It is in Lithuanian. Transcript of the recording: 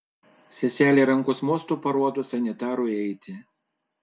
seselė rankos mostu parodo sanitarui eiti